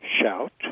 shout